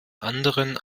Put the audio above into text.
anderen